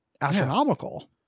astronomical